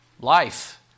life